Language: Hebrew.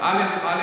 לא.